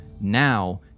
Now